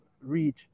reach